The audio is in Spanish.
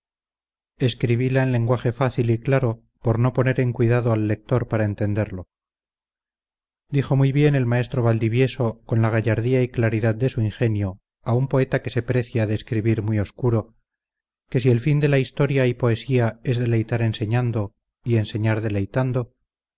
juventud escribila en lenguaje fácil y claro por no poner en cuidado al lector para entenderlo dijo muy bien el maestro valdivieso con la gallardía y claridad de su ingenio a un poeta que se precia de escribir muy obscuro que si el fin de la historia y poesía es deleitar enseñando y enseñar deleitando